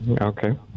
Okay